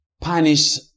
punish